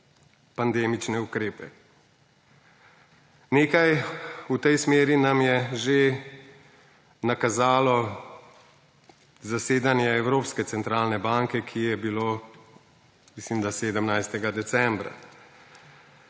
pandemične ukrepe. Nekaj v tej smeri nam je že nakazalo zasedanje Evropske centralne banke, ki je bilo mislim, da 17. decembra.